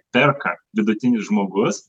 perka vidutinis žmogus